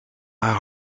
haar